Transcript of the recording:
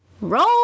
Roll